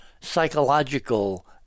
psychological